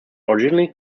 originally